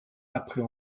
après